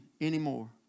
anymore